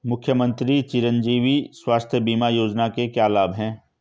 मुख्यमंत्री चिरंजी स्वास्थ्य बीमा योजना के क्या लाभ हैं?